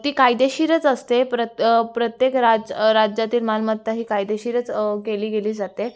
ती कायदेशीरच असते प्र प्रत्येक रा राज्यातील मालमत्ता ही कायदेशीरच केली गेली जाते